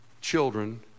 children